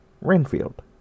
Renfield